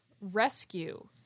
rescue